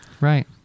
Right